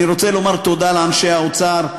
אני רוצה לומר תודה לאנשי האוצר: